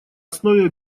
основе